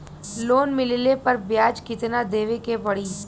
Loan मिलले पर ब्याज कितनादेवे के पड़ी?